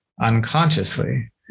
unconsciously